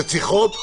רציחות,